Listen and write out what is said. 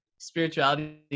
Spirituality